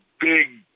big